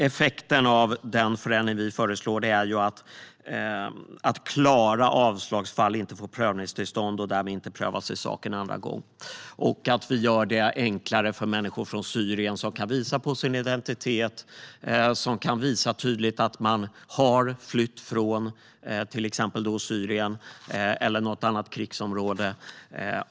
Effekten av den förändring som vi föreslår är att klara avslagsfall inte ska få prövningstillstånd och därmed inte prövas i sak en andra gång. Vi gör det också enklare för människor från Syrien som kan styrka sin identitet och att de har flytt därifrån eller från något annat krigsområde.